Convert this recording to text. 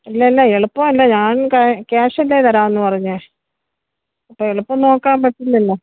അല്ലല്ല എളുപ്പമല്ല ഞാന് ക്യാഷല്ലേ തരാമെന്ന് പറഞ്ഞത് ഇപ്പം എളുപ്പം നോക്കാൻ പറ്റില്ലല്ലോ